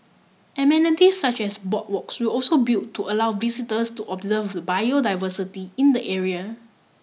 amenities such as boardwalks will also built to allow visitors to observe the biodiversity in the area